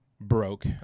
broke